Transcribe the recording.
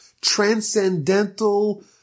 transcendental